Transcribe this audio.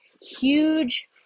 huge